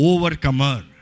Overcomer